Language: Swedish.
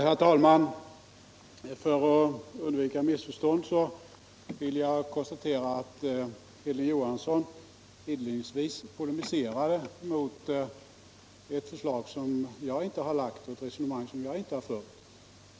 Herr talman! För att undvika missförstånd vill jag konstatera att Hilding Johansson inledningsvis polemiserade mot ett förslag som jag inte har lagt och ett resonemang som jag inte har fört.